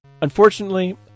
Unfortunately